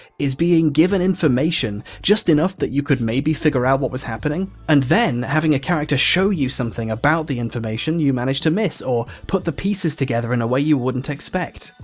is being given information. just enough that you could maybe figure out what was happening and then having a character show you something about the information you managed to miss or put the pieces together in a way, you wouldn't expect.